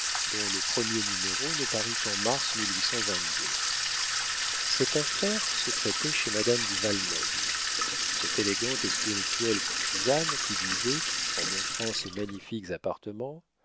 dont le premier numéro ne parut qu'en mars cette affaire se traitait chez madame du val-noble cette élégante et spirituelle courtisane qui disait en montrant ses magnifiques appartements